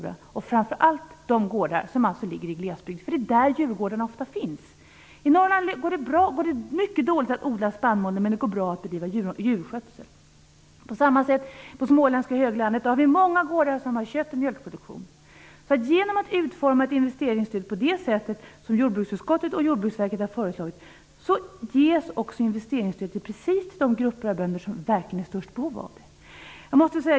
Det skulle också gynna framför allt de gårdar som ligger i glesbygd. Det är där man bedriver djurskötsel. I Norrland går det dåligt att odla spannmål, men det går bra att bedriva djurskötsel. På småländska höglandet finns många gårdar med kött och mjölkproduktion. Om man utformar ett investeringsstöd på det sätt som Jordbruksverket och jordbruksutskottet har föreslagit når stödet precis de grupper av bönder som har störst behov av det.